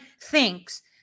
thinks